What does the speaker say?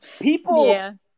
People